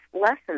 lessons